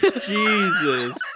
jesus